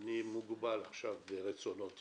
מוגבל ברצונות אישיים.